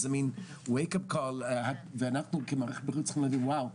איזה מין wake up call ואנחנו כמערכת בריאות צריכים להגיד 'ואו',